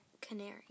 Canary